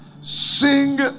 Sing